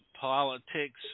Politics